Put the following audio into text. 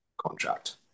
contract